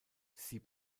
sie